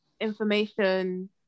information